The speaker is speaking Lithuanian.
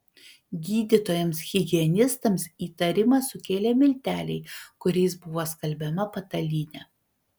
gydytojams higienistams įtarimą sukėlė milteliai kuriais buvo skalbiama patalynė